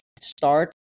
start